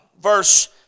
Verse